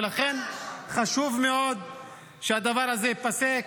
ולכן חשוב מאוד שהדבר הזה ייפסק,